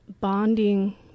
bonding